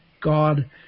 God